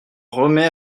remets